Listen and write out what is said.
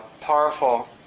powerful